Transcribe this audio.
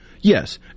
yes